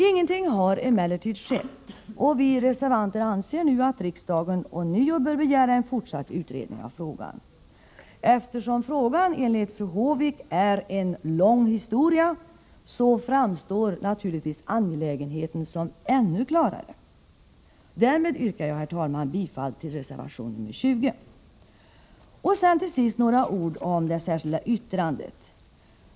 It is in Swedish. Ingenting har emellertid skett, och vi reservanter anser nu att riksdagen ånyo bör begära en fortsatt utredning av frågan. Eftersom frågan enligt fru Håvik är en lång historia, framstår naturligtvis angelägenheten härav ännu klarare. Därmed, herr talman, yrkar jag bifall till reservation 20. Så till sist några ord om det särskilda yttrandet.